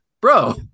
bro